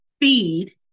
feed